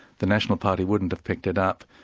the national party wouldn't have picked it up.